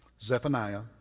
Zephaniah